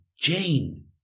Jane